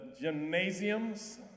gymnasiums